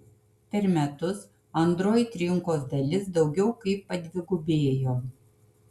per metus android rinkos dalis daugiau kaip padvigubėjo